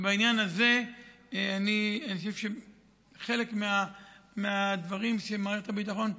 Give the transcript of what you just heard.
בעניין הזה אני חושב שחלק מהדברים שמערכת הביטחון,